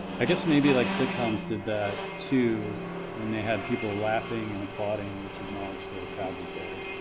i guess maybe like sitcoms did that too when they had people laughing and applauding which acknowledged that a crowd was there.